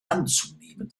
anzunehmen